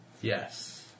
Yes